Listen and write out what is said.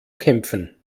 kämpfen